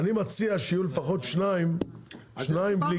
אני מציע שיהיה לפחות שניים בלי כסף.